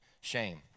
shame